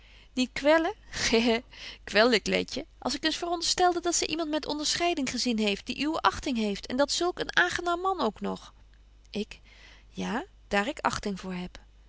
kwellen he he kwel ik letje als ik eens veronderstelde dat zy iemand met onderscheiding gezien heeft die uwe achting heeft en dat zulk een aangenaam man ook nog ik ja daar ik achting voor heb